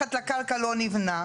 מתחת לקרקע לא נבנה?